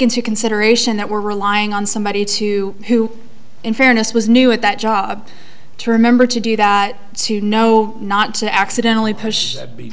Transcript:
into consideration that we're relying on somebody to who in fairness was new at that job term member to do that to know not to accidentally push that be